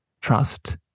trust